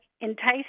entice